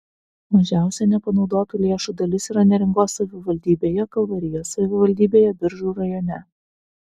mažiausia nepanaudotų lėšų dalis yra neringos savivaldybėje kalvarijos savivaldybėje biržų rajone